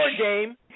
game